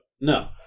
no